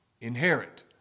inherit